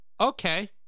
okay